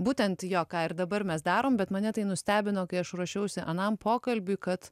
būtent jo ką ir dabar mes darom bet mane tai nustebino kai aš ruošiausi anam pokalbiui kad